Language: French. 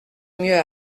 mieux